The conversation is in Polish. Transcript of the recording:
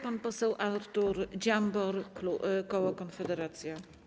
Pan poseł Artur Dziambor, koło Konfederacja.